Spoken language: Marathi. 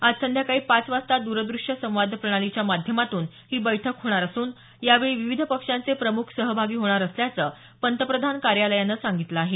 आज संध्यकाळी पाच वाजता द्रदृश्य संवाद प्रणालीच्या माध्यमातून ही बैठक होणार असून यावेळी विविध पक्षांचे प्रमुख सहभागी होणार असल्याचं पंतप्रधान कार्यालयानं सांगितलं आहे